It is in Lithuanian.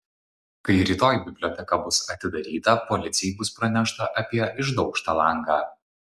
kai rytoj biblioteka bus atidaryta policijai bus pranešta apie išdaužtą langą